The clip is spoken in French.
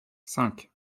cinq